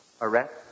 arrest